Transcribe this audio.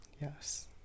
yes